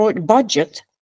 budget